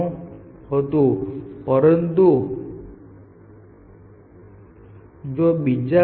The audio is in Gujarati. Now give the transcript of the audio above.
અનસેસ્ટર નોડ મેળવવા માટે ઓપન માં દરેક નોડ પોઇન્ટરને જાળવી રાખે છે જે રિલે લેયરમાં છે